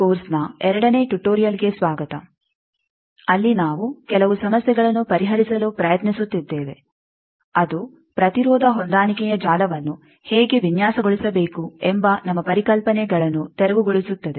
ಈ ಕೋರ್ಸ್ನ ಎರಡನೇ ಟುಟೋರಿಯಲ್ಗೆ ಸ್ವಾಗತ ಅಲ್ಲಿ ನಾವು ಕೆಲವು ಸಮಸ್ಯೆಗಳನ್ನು ಪರಿಹರಿಸಲು ಪ್ರಯತ್ನಿಸುತ್ತಿದ್ದೇವೆ ಅದು ಪ್ರತಿರೋಧ ಹೊಂದಾಣಿಕೆಯ ಜಾಲವನ್ನು ಹೇಗೆ ವಿನ್ಯಾಸಗೊಳಿಸಬೇಕು ಎಂಬ ನಮ್ಮ ಪರಿಕಲ್ಪನೆಗಳನ್ನು ತೆರವುಗೊಳಿಸುತ್ತದೆ